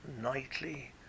nightly